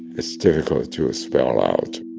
it's difficult to spell out